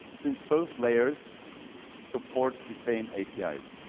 since both layer so support the same apis.